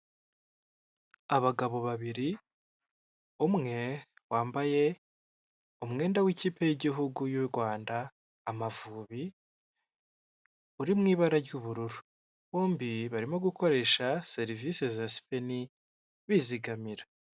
Abagabo babiri umwe wambaye umwenda w'ikipe y'igihugu y'u Rwanda amavubi uri mu ibara ry'ubururu bombi barimo gukoresha serivisi za sipeni bizigamira.